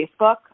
Facebook